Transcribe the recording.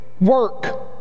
work